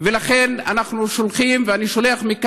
הזה, שהפך להיות